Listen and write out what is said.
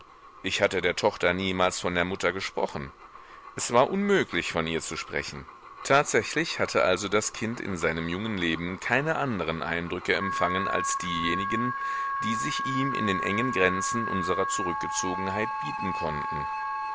ich hatte der tochter niemals von der mutter gesprochen es war unmöglich von ihr zu sprechen tatsächlich hatte also das kind in seinem jungen leben keine anderen eindrücke empfangen als diejenigen die sich ihm in den engen grenzen unserer zurückgezogenheit bieten konnten